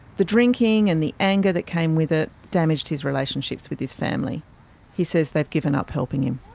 the drinking, and the anger that came with it, damaged his relationships with his family he says they've given up helping him.